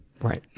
Right